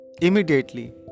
Immediately